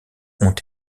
ont